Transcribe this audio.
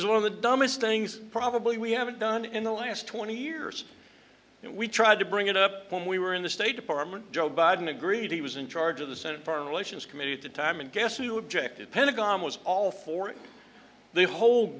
is one of the dumbest things probably we haven't done in the last twenty years and we tried to bring it up when we were in the state department joe biden agreed he was in charge of the senate foreign relations committee at the time and guess who objected pentagon was all for the whole